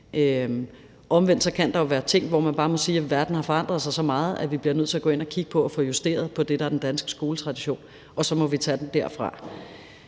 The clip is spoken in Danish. Omvendt kan der være ting, hvor man bare må sige, at verden har forandret sig så meget, at vi bliver nødt til at gå ind og kigge på at få justeret på det, der er den danske skoletradition, og så må vi tage det derfra.